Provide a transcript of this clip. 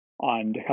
on